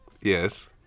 Yes